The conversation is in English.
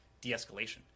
de-escalation